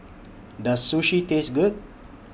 Does Sushi Taste Good